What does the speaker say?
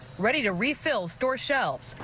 ready to refill store shelfs.